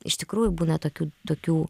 iš tikrųjų būna tokių tokių